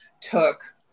took